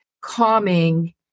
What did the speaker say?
calming